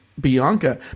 Bianca